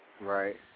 Right